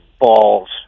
balls